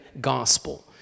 gospel